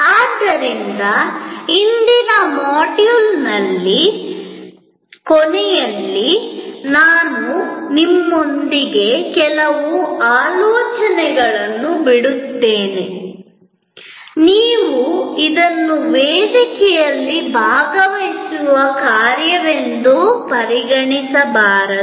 ಆದ್ದರಿಂದ ಇಂದಿನ ಮಾಡ್ಯೂಲ್ನ ಕೊನೆಯಲ್ಲಿ ನಾನು ನಿಮ್ಮೊಂದಿಗೆ ಕೆಲವು ಆಲೋಚನೆಗಳನ್ನು ಬಿಡುತ್ತೇನೆ ನೀವು ಇದನ್ನು ವೇದಿಕೆಯಲ್ಲಿ ಭಾಗವಹಿಸುವ ಕಾರ್ಯವೆಂದು ಪರಿಗಣಿಸಬಹುದು